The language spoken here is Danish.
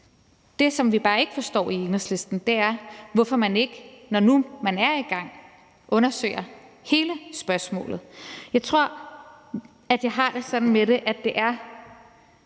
Det, som vi bare ikke forstår i Enhedslisten, er, hvorfor man ikke, når nu man er i gang, undersøger hele spørgsmålet. Jeg har det sådan med det, at det både